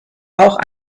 auch